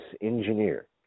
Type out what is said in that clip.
engineer